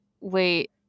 wait